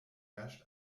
herrscht